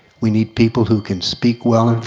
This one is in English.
we need people who can speak well.